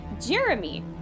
Jeremy